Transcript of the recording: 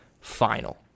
final